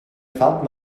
fahrt